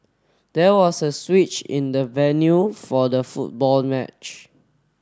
there was a switch in the venue for the football match